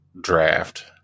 draft